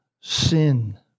sin